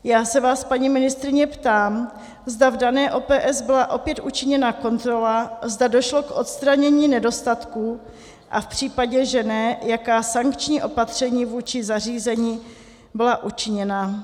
Já se vás, paní ministryně ptám, zda v dané O.P.S byla opět učiněna kontrola, zda došlo k odstranění nedostatků, a v případě, že ne, jaká sankční opatření vůči zařízení byla učiněna.